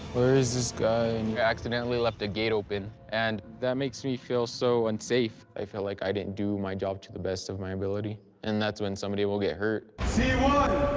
where is this guy? i and accidentally left a gate open, and that makes me feel so unsafe. i feel like i didn't do my job to the best of my ability, and that's when somebody will get hurt. c one!